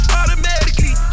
automatically